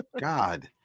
god